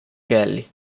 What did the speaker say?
kelly